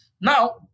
now